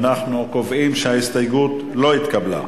אנחנו קובעים שההסתייגות לא התקבלה.